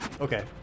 Okay